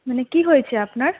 মানে কি হয়েছে আপনার